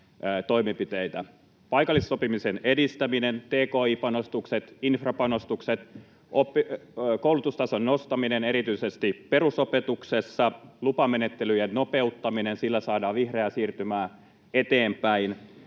paikallisen sopimisen edistäminen, tki-panostukset, koulutustason nostaminen erityisesti perusopetuksessa, lupamenettelyjen nopeuttaminen — sillä saadaan vihreää siirtymää eteenpäin